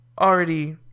already